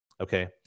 okay